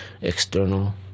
External